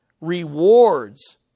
rewards